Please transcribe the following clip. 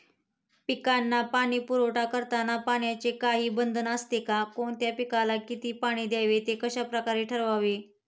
पिकांना पाणी पुरवठा करताना पाण्याचे काही बंधन असते का? कोणत्या पिकाला किती पाणी द्यावे ते कशाप्रकारे ठरवावे?